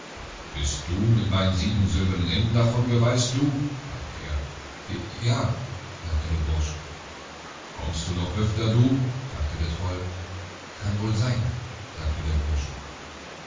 bist du mit meinen sieben silbernen enten davongereis't du fragte er ja a sagte der bursch kommst du noch öfter du fragte der troll kann wohl sein sagte der bursch